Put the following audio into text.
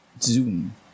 Zoom